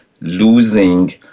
losing